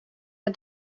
har